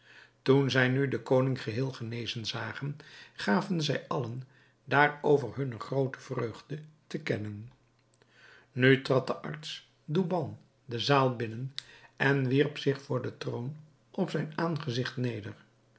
toen zij nu den koning geheel genezen zagen gaven zij allen daarover hunne groote vreugde te kennen nu trad de arts douban de zaal binnen en wierp zich voor den troon op zijn aangezigt neder